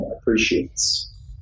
appreciates